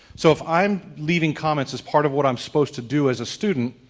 so if i'm leaving comments as part of what i'm suppose to do as student.